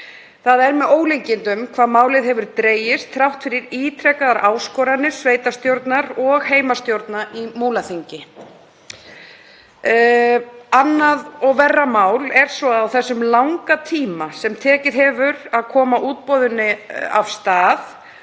Það er með ólíkindum hve málið hefur dregist þrátt fyrir ítrekaðar áskoranir sveitarstjórnar og heimastjórnar í Múlaþingi. Annað og verra mál er svo að á þeim langa tíma sem tekið hefur að koma útboðinu af stað